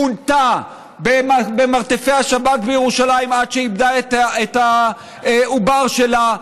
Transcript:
עונתה במרתפי השב"כ בירושלים עד שאיבדה את העובר שלה,